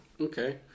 Okay